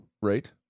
right